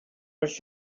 els